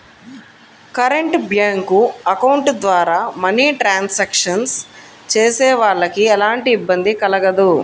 current bank account ద్వారా money transactions చేసేవాళ్ళకి ఎలాంటి ఇబ్బంది కలగదు